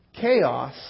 chaos